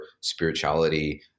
spirituality